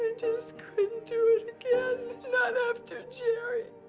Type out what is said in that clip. just couldn't do it again, not after jerry.